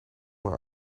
naar